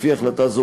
לפי החלטה זו,